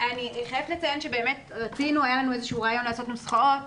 אני חייבת לציין שבאמת היה לנו איזשהו רעיון לעשות נוסחאות